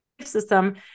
system